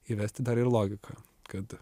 įvesti dar ir logiką kad